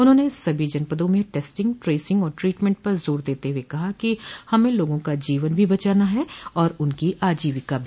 उन्होंने सभी जनपदों में टेस्टिंग ट्रेसिंग और ट्रीटमेंट पर जोर देते हुए कहा कि हमें लोगों का जीवन भी बचाना है और उनकी अजीविका भी